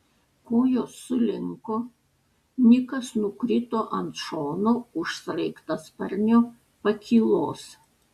kojos sulinko nikas nukrito ant šono už sraigtasparnio pakylos